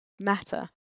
matter